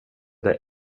det